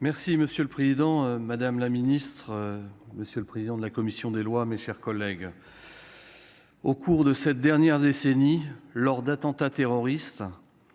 monsieur le président, madame la ministre, monsieur le président de la commission des lois, mes chers collègues, au cours de cette dernière décennie lors d'attentats terroristes